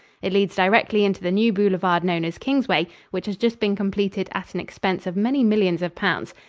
it leads directly into the new boulevard known as kingsway, which has just been completed at an expense of many millions of pounds.